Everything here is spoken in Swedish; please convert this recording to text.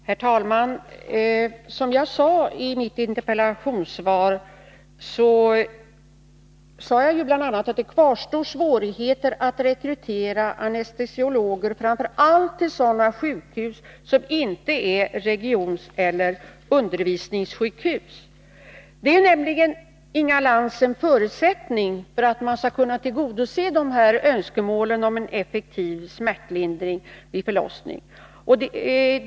Herr talman! I mitt interpellationssvar sade jag bl.a. att det kvarstår svårigheter att rekrytera anestesiologer, framför allt till sådana sjukhus som inte är regioneller undervisningssjukhus. Detta är nämligen, Inga Lantz, en förutsättning för att man skall kunna tillgodose önskemålen om en effektiv smärtlindring vid förlossning.